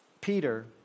Peter